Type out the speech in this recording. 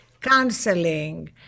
counseling